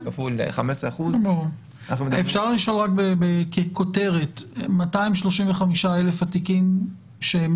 הדין --- אפשר לשאול רק ככותרת: 235,000 התיקים שהם